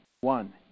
one